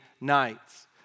nights